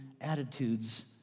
attitudes